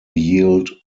yield